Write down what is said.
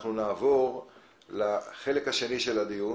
אנחנו נעבור לחלק השני של הדיון,